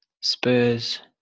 Spurs